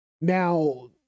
Now